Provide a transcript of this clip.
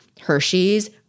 Hershey's